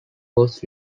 was